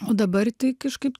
o dabar tai kažkaip